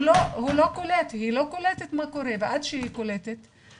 הוא לא קולט והיא לא קולטת מה קורה ועד שהיא קולטת מה קורה,